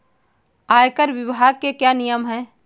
आयकर विभाग के क्या नियम हैं?